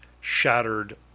shattered